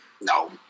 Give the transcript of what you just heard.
No